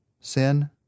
Sin